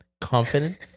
Confidence